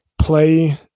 play